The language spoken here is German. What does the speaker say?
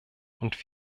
und